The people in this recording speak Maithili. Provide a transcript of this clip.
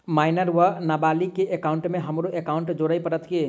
माइनर वा नबालिग केँ एकाउंटमे हमरो एकाउन्ट जोड़य पड़त की?